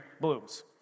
blooms